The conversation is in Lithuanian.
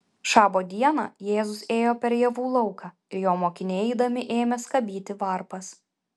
šabo dieną jėzus ėjo per javų lauką ir jo mokiniai eidami ėmė skabyti varpas